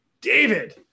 David